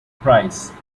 prize